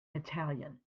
italian